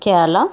Kerala